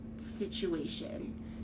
situation